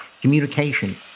communication